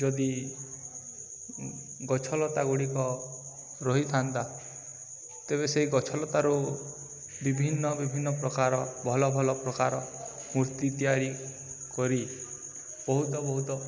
ଯଦି ଗଛଲତା ଗୁଡ଼ିକ ରହିଥାନ୍ତା ତେବେ ସେଇ ଗଛଲତାରୁ ବିଭିନ୍ନ ବିଭିନ୍ନ ପ୍ରକାର ଭଲ ଭଲ ପ୍ରକାର ମୂର୍ତ୍ତି ତିଆରି କରି ବହୁତ ବହୁତ